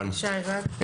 בבקשה ערן.